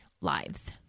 lives